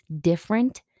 different